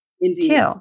Indeed